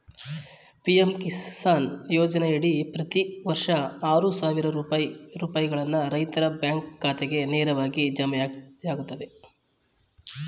PM Kisan ಯೋಜನೆಯಡಿ ಪ್ರತಿ ವರ್ಷ ಆರು ಸಾವಿರ ರೂಪಾಯಿ ರೈತರ ಬ್ಯಾಂಕ್ ಖಾತೆಗೆ ನೇರವಾಗಿ ಜಮೆಯಾಗ್ತದೆ